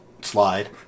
Slide